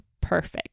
perfect